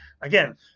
again